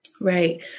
Right